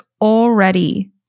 already